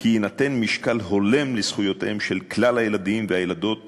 כי יינתן משקל הולם לזכויותיהם של כלל הילדים והילדות